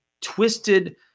twisted